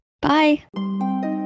bye